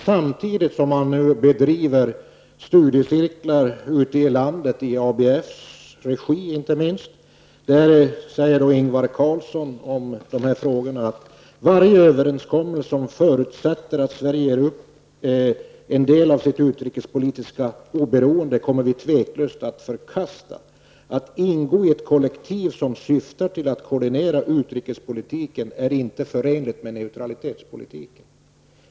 Samtidigt får man i studiecirklar som drivs ute i landet inte minst i ABFs regi läsa vad Ingvar Carlsson säger om dessa frågor: ''Varje överenskommelse som förutsätter att Sverige ger upp en del av sitt utrikespolitiska oberoende kommer vi tveklöst att förkasta. Att ingå i ett kollektiv som syftar till koordinera utrikespolitiken är inte förenligt med neutralitetspolitiken.''